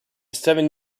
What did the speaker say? seven